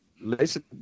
listen